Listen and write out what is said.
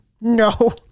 no